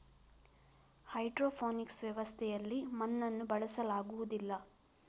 hydroponics ವ್ಯವಸ್ಥೆಯಲ್ಲಿ ಮಣ್ಣನ್ನು ಬಳಸಲಾಗುವುದಿಲ್ಲ